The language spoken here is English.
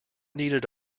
needed